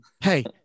hey